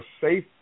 safe